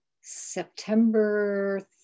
September